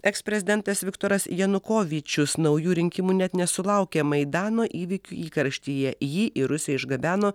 eksprezidentas viktoras janukovyčius naujų rinkimų net nesulaukė maidano įvykių įkarštyje jį į rusiją išgabeno